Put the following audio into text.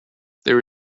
there